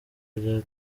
rya